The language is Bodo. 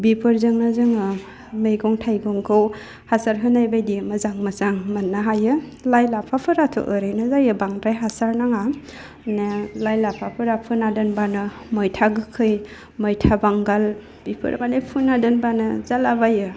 बिफोरजोंनो जोङो मैगं थाइगंखौ हासार होनायबायदि मोजां मोजां मोननो हायो लाइ लाफाफोराथ' ओरैनो जायो बांद्राय हासार नाङा माने लाइ लाफाफोरा फोना दोनबानो मैथा गोखै मैथा बांगाल बेफोर माने फुना दोनबानो जालाबायो